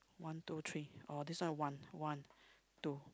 one two three orh this one one one two